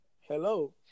Hello